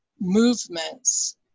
movements